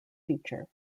feature